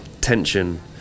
tension